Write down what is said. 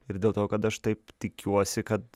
ir dėl to kad aš taip tikiuosi kad